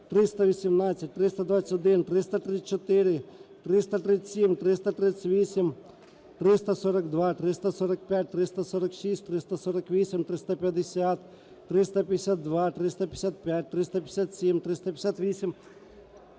318, 321, 334, 337, 338, 342, 345, 346, 348, 350, 352, 355, 357, 358,